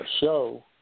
show